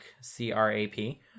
C-R-A-P